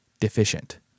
deficient